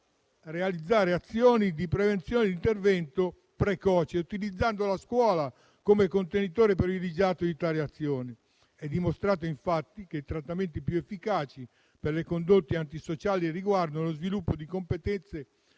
realizzare azioni di prevenzione e di intervento precoce, utilizzando la scuola come contenitore privilegiato di tale azione. È dimostrato, infatti, che i trattamenti più efficaci per le condotte antisociali riguardano lo sviluppo di competenze